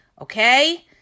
okay